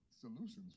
solutions